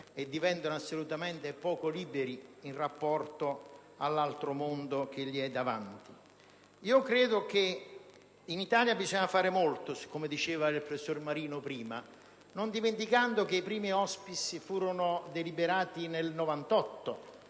e diventano estremamente poco liberi in rapporto all'altro mondo che è loro davanti. Credo che in Italia si debba fare molto, come diceva prima il senatore professor Marino, non dimenticando che i primi *hospice* furono deliberati nel 1998.